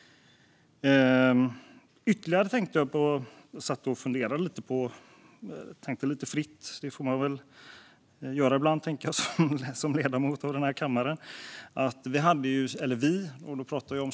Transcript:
Jag tänkte lite fritt, för det får man väl göra ibland som ledamot av denna kammare.